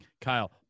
kyle